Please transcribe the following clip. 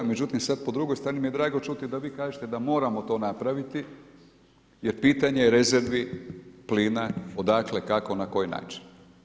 Međutim, sad po drugoj strani mi je drago čuti da vi kažete da moramo to napraviti jer pitanje je rezervi plina odakle, kako, na koji način.